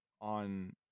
on